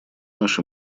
наши